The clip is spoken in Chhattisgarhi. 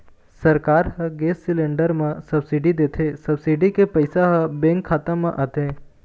सरकार ह गेस सिलेंडर म सब्सिडी देथे, सब्सिडी के पइसा ह बेंक खाता म आथे